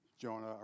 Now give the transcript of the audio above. Jonah